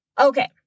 Okay